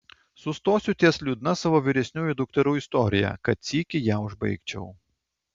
sustosiu ties liūdna savo vyresniųjų dukterų istorija kad sykį ją užbaigčiau